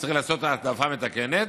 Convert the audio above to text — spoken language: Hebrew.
שצריך לעשות העדפה מתקנת,